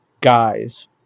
guys